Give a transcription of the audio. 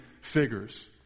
figures